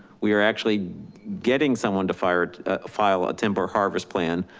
we are actually getting someone to file ah file a timber harvest plan,